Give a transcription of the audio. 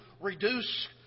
reduce